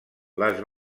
les